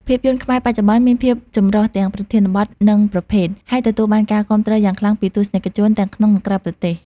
ភាពយន្តខ្មែរបច្ចុប្បន្នមានភាពចម្រុះទាំងប្រធានបទ និងប្រភេទ ហើយទទួលបានការគាំទ្រយ៉ាងខ្លាំងពីទស្សនិកជនទាំងក្នុងនិងក្រៅប្រទេស។